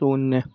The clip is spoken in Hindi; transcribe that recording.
शून्य